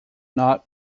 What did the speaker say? not